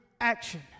action